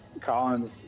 Collins